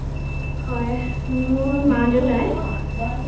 হয় মোৰ মা দেউতাই